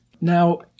Now